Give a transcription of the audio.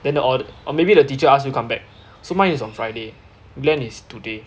then the or or maybe the teacher ask you come back so mine is on friday glenn is today